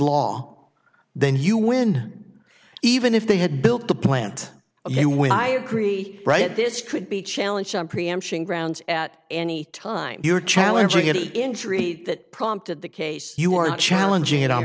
law then you win even if they had built the plant ok when i agree that this could be challenged on preemption grounds at any time you're challenging it injury that prompted the case you aren't challenging it on